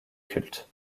culte